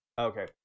Okay